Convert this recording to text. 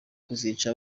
kuzica